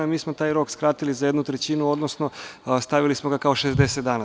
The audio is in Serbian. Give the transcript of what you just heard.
Mi smo taj rok skratili za jednu trećinu, odnosno stavili smo ga kao 60 dana.